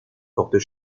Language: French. fortes